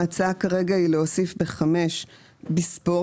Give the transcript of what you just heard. ההצעה כרגע היא להוסיף ב-5 "בספורט",